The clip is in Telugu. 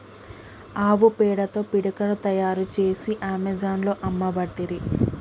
ఆవు పేడతో పిడికలను తాయారు చేసి అమెజాన్లో అమ్మబట్టిరి